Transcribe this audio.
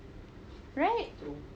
right